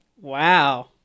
Wow